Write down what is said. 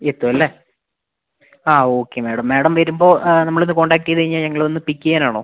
എത്തും അല്ലേ ആ ഓക്കെ മാഡം മാഡം വരുമ്പോൾ നമ്മൾ ഒന്ന് കോൺടാക്ട് ചെയ്ത് കഴിഞ്ഞാൽ ഞങ്ങൾ വന്ന് പിക്ക് ചെയ്യാൻ ആണോ